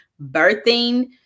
birthing